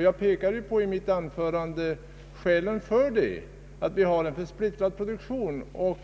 Jag pekade i mitt anförande på skälen för detta — att vi har en för splittrad produktion och